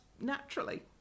naturally